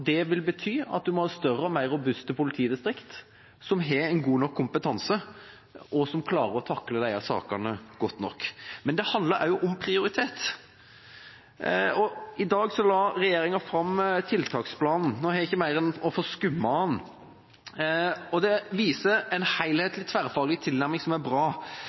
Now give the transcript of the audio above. må ha større og mer robuste politidistrikt, som har en god nok kompetanse, og som klarer å takle disse sakene godt nok. Det handler også om prioritet. I dag la regjeringa fram tiltaksplanen. Nå har jeg bare fått skumlest den. Den viser en helhetlig og tverrfaglig tilnærming som er bra.